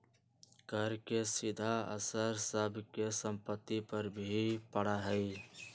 कर के सीधा असर सब के सम्पत्ति पर भी पड़ा हई